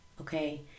Okay